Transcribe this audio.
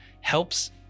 helps